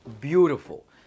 beautiful